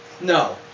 No